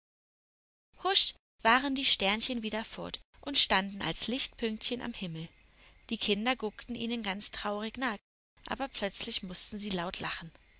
husch waren die sternchen wieder fort und standen als lichtpünktchen am himmel die kinder guckten ihnen ganz traurig nach aber plötzlich mußten sie laut lachen